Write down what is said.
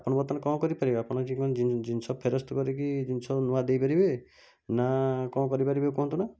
ଆପଣ ବର୍ତ୍ତମାନ କ'ଣ କରିପାରିବେ ଆପଣ ଜିନିଷ ଫେରସ୍ତ କରିକି ଜିନିଷ ନୂଆ ଦେଇପାରିବେ ନା କ'ଣ କରିପାରିବେ କୁହନ୍ତୁ ନା